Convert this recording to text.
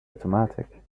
automatic